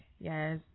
Yes